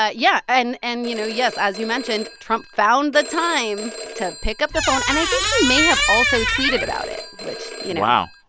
ah yeah. and, and you know, yes, as you mentioned, trump found the time to pick up the phone. and i think he may have also tweeted about it, which, you know.